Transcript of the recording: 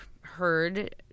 heard